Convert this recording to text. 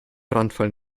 brandfall